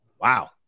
Wow